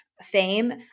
fame